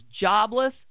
jobless